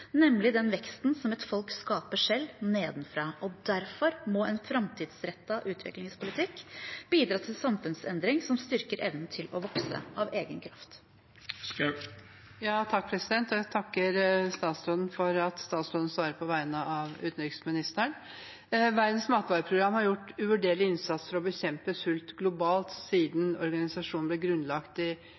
nemlig den veksten som et folk skaper selv – nedenfra. Derfor må en framtidsrettet utviklingspolitikk bidra til samfunnsendring som styrker evnen til å vokse av egen kraft. Jeg takker statsråden for at hun svarer på vegne av utenriksministeren. Verdens matvareprogram har gjort en uvurderlig innsats for å bekjempe sult globalt siden organisasjonen ble grunnlagt